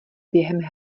během